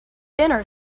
dinner